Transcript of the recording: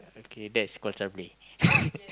okay that's call child play